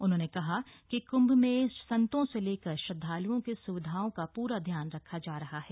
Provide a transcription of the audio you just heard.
उन्होंने कहा कि कुंभ में संतों से लेकर श्रद्धालुओं की सुविधाओं का पूरा ध्यान रखा जा रहा है